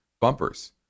bumpers